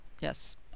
Yes